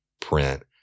print